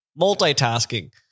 Multitasking